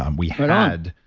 um we had.